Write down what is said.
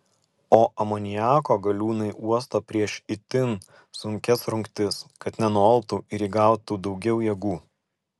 o amoniako galiūnai uosto prieš itin sunkias rungtis kad nenualptų ir įgautų daugiau jėgų